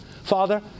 Father